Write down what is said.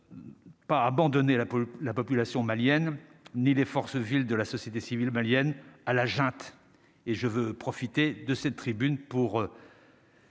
pas abandonner la la population malienne, ni les forces, ville de la société civile malienne à la junte et je veux profiter de cette tribune pour.